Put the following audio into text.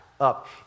up